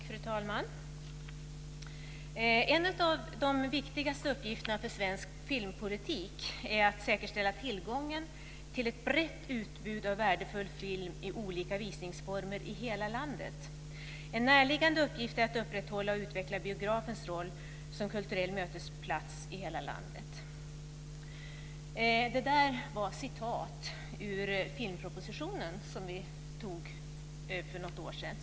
Fru talman! En av de viktigaste uppgifterna för svensk filmpolitik är att säkerställa tillgången till ett brett utbud av värdefull film i olika visningsformer i hela landet. En närliggande uppgift är att upprätthålla och utveckla biografens roll som kulturell mötesplats i hela landet. Detta var ett utdrag ur filmpropositionen, som vi antog för något år sedan.